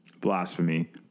Blasphemy